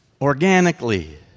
organically